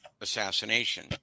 assassination